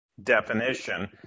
definition